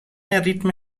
ریتم